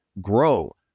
Grow